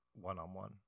one-on-one